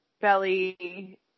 belly